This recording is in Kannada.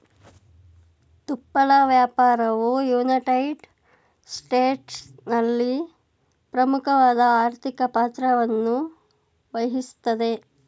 ತುಪ್ಪಳ ವ್ಯಾಪಾರವು ಯುನೈಟೆಡ್ ಸ್ಟೇಟ್ಸ್ನಲ್ಲಿ ಪ್ರಮುಖವಾದ ಆರ್ಥಿಕ ಪಾತ್ರವನ್ನುವಹಿಸ್ತದೆ